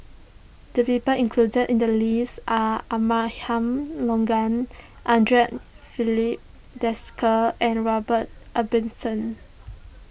the people included in the list are Abraham Logan Andre Filipe Desker and Robert Ibbetson